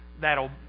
that'll